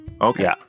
Okay